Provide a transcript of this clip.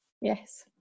Yes